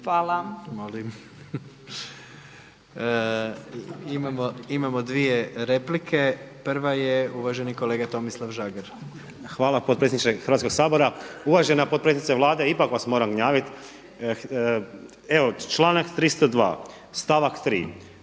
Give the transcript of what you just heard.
Molim. Imamo dvije replike, prva je uvaženi kolega Tomislav Žagar. **Žagar, Tomislav (Nezavisni)** Hvala potpredsjedniče Hrvatskoga sabora. Uvažena potpredsjednice Vlade, ipak vas moram gnjaviti, evo, članak 302, stavak 3.